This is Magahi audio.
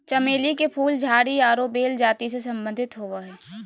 चमेली के फूल झाड़ी आरो बेल जाति से संबंधित होबो हइ